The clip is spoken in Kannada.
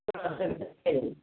ಹಾಂ ಸರಿ ಸರ್ ಸರಿ